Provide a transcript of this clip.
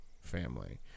family